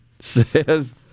says